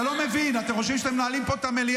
הינה, אני עונה לך.